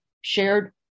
shared